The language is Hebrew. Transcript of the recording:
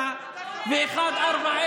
אתה מוכר,